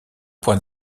point